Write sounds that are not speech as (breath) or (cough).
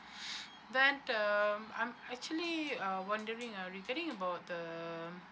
(breath) then uh I'm actually uh wondering ah regarding about the